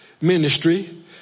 ministry